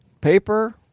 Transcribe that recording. paper